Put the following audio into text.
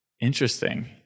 interesting